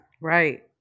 Right